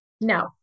No